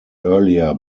earlier